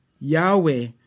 Yahweh